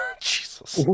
Jesus